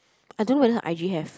I don't know whether her I_G have